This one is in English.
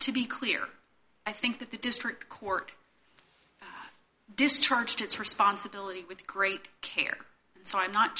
to be clear i think that the district court discharged its responsibility with great care so i'm not